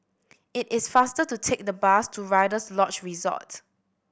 it is faster to take the bus to Rider's Lodge Resort